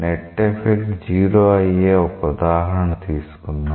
net effect 0 అయ్యే ఒక ఉదాహరణ తీసుకుందాం